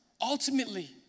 ultimately